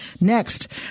Next